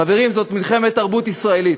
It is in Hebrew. חברים, זו מלחמת תרבות ישראלית,